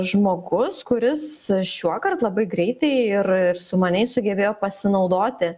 žmogus kuris šiuokart labai greitai ir ir sumaniai sugebėjo pasinaudoti